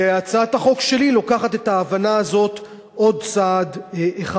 והצעת החוק שלי לוקחת את ההבנה הזאת צעד אחד